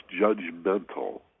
judgmental